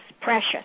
precious